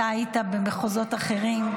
אתה היית במחוזות אחרים.